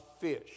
fish